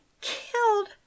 killed